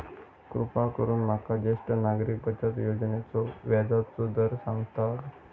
कृपा करून माका ज्येष्ठ नागरिक बचत योजनेचो व्याजचो दर सांगताल